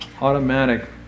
automatic